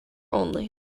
only